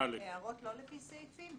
הערות לא לפי סעיפים?